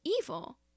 evil